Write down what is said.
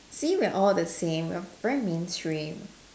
see we're all the same we're very mainstream